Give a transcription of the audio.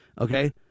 okay